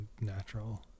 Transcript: natural